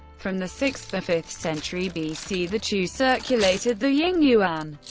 from the sixth or fifth century bc, the chu circulated the ying yuan,